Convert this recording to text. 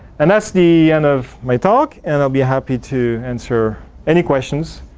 and that' the end of my talk and i'll be happy to answer any questions.